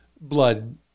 blood